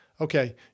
Okay